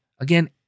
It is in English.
again